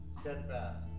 Steadfast